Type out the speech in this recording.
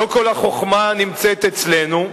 לא כל החוכמה נמצאת אצלנו,